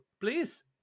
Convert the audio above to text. please